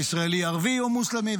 הישראלי ערבי או מוסלמי,